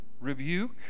rebuke